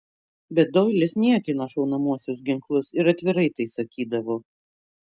bet doilis niekino šaunamuosius ginklus ir atvirai tai sakydavo